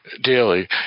daily